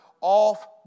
off